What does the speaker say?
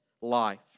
life